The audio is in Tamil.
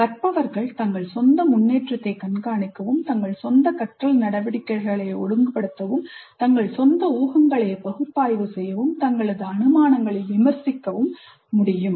கற்பவர்கள் தங்கள் சொந்த முன்னேற்றத்தைக் கண்காணிக்கவும் தங்கள் சொந்த கற்றல் நடவடிக்கைகளை ஒழுங்குபடுத்தவும் தங்கள் சொந்த ஊகங்களை பகுப்பாய்வு செய்யவும் தங்களது அனுமானங்களை விமர்சிக்கவும் முடியும்